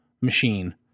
machine